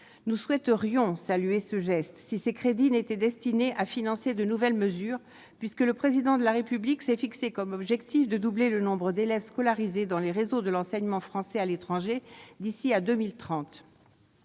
Nous souhaiterions saluer ce geste, si ces crédits n'étaient destinés à financer de nouvelles mesures, puisque le Président de la République s'est fixé comme objectif de doubler le nombre d'élèves scolarisés dans les réseaux de l'enseignement français à l'étranger d'ici à 2030.